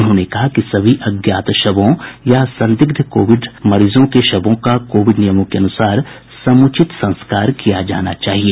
उन्होंने कहा कि सभी अज्ञात शवों या संदिग्ध कोविड रोगियों के शवों का कोविड नियमों के अन्सार समूचित संस्कार किया जाना चाहिए